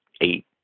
eight